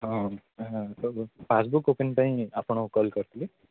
ହଁ ହଁ passbook open ପାଇଁ ଆପଣ କଲ୍ କରିଥିଲି